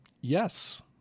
Yes